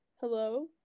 Hello